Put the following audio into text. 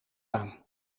aan